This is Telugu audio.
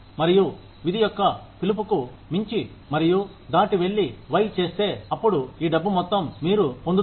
మరియు విధి యొక్క పిలుపుకు మించి మరియు దాటి వెళ్లి' వై' చేస్తే అప్పుడు ఈ డబ్బు మొత్తం మీరు పొందుతారు